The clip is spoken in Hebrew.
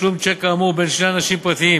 תשלום צ'ק כאמור בין שני אנשים פרטיים